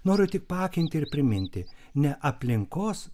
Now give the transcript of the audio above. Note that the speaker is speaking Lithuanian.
noriu tik paakinti ir priminti ne aplinkos